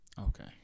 Okay